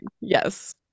Yes